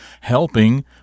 helping